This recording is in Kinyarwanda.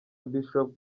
bishop